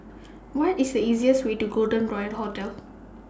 What IS The easiest Way to Golden Royal Hotel